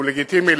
שהוא לגיטימי,